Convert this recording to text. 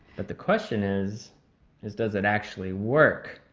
but the question is is does it actually work?